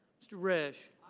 mr. ridge.